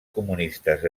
comunistes